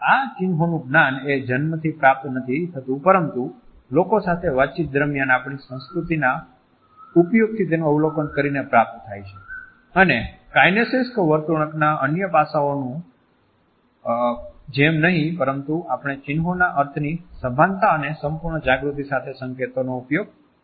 આ ચિન્હોનું જ્ઞાન એ જન્મથી પ્રાપ્ત નથી થતું પરંતુ લોકો સાથે વાતચીત દરમિયાન આપણી સંસ્કૃતિ ના ઉપયોગ થી તેનું અવલોકન કરીને પ્રાપ્ત થાય છે અને કાઈનેસીક વર્તણૂકના અન્ય પાસાઓની જેમ નહિ પરંતુ આપણે ચિન્હોના અર્થની સભાનતા અને સંપૂર્ણ જાગૃતિ સાથે સંકેતો ઉપયોગ કરીએ છીએ